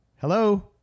Hello